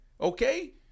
Okay